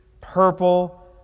purple